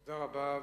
תודה רבה.